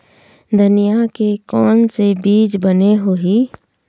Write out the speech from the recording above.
धनिया के कोन से बीज बने होही?